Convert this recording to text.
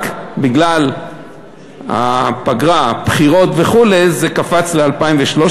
רק בגלל הפגרה, הבחירות וכו', זה קפץ ל-2013.